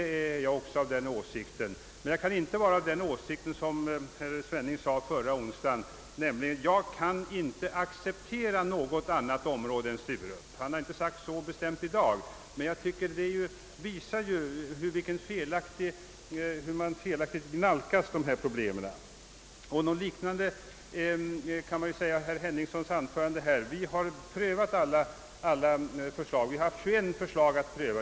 Också jag är av denna åsikt, men jag kan inte instämma i herr Svennings yttrande förra onsdagen att han inte kan acceptera något annat område än Sturup. Han har inte i dag gjort något sådant bestämt uttalande, men det visar ändå hur felaktigt han nalkas dessa problem. Något liknande kan sägas också om herr Henningssons anförande. Han påpekade att man haft att pröva 21 olika förslag.